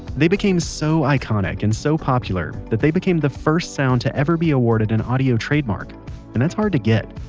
they became so iconic and so popular that they became the first sound to ever be awared an and audio trademark and that's hard to get.